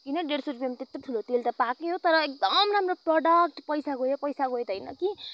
डेढ सय रुपियाँमा त्यत्रो ठुलो तेल त पाएकै हो तर एकदम राम्रो प्रोडक्ट पैसा गयो पैसा गयो होइन कि